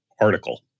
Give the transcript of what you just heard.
article